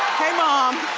hey, mom.